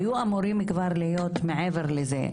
היו אמורים כבר להיות מעבר לזה.